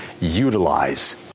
utilize